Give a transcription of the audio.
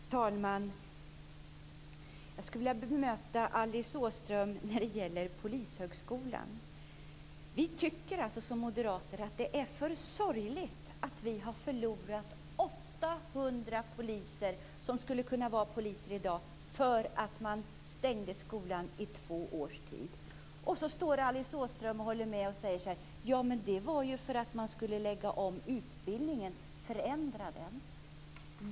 Fru talman! Jag skulle vilja bemöta Alice Åström när det gäller Polishögskolan. Vi moderater tycker att det är för sorgligt att vi har förlorat 800 poliser som skulle kunna vara poliser i dag för att man stängde skolan i två års tid. Och så står Alice Åström och håller med och säger: Jamen, det var ju för att man skulle lägga om utbildningen, förändra den.